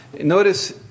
Notice